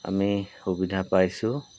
আমি সুবিধা পাইছোঁ